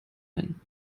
ein